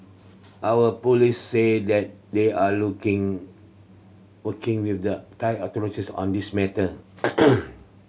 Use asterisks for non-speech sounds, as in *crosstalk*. our police say that they are looking working with the Thai authorities on this matter *noise*